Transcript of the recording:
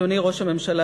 אדוני ראש הממשלה,